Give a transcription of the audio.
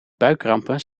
buikkrampen